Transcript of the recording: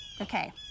okay